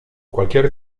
cualquier